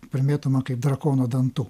primėtoma kaip drakono dantų